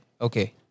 Okay